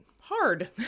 hard